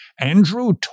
Andrew